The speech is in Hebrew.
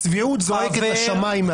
הצביעות זועקת לשמיים.